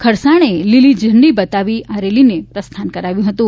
ખરસાણે લીલીઝંડી બતાવી આ રેલીને પ્રસ્થાન કરાવ્યું હતું